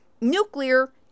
Nuclear